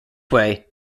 way